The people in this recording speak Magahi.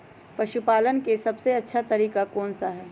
पशु पालन का सबसे अच्छा तरीका कौन सा हैँ?